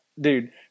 Dude